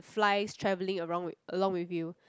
flies traveling arong~ along with you